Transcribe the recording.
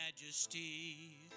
majesty